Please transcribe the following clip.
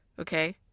okay